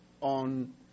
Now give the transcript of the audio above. on